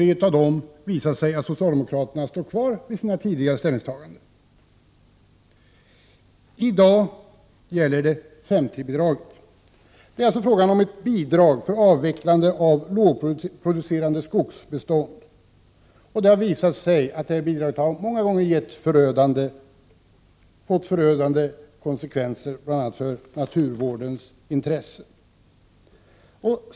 Det har då visat sig att på tre av dem står socialdemokraterna kvar vid sina tidigare ställningstaganden. I dag gäller det 5:3-bidraget. Det är alltså fråga om ett bidrag för avvecklande av lågproducerande skogsbestånd, och det har visat sig att bidraget många gånger fått förödande konsekvenser, bl.a. för naturvårdens intressen.